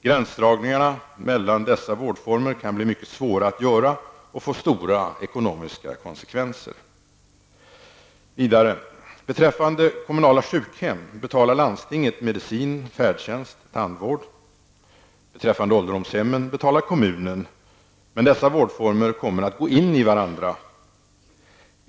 Gränsdragningarna mellan dessa vårdformer kan bli mycket svåra att göra och få stora ekonomiska konsekvenser. Vidare: Beträffande kommunala sjukhem betalar landstinget medicin, färdtjänst, tandvård -- beträffande ålderdomshemmen betalar kommunen. Men dessa vårdformer kommer att gå i varandra.